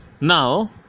Now